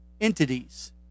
entities